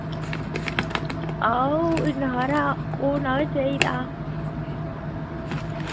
हां ओह् इ'न्ना हारा होना बी चाहिदा